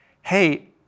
hey